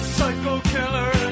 Psycho-Killer